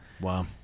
Wow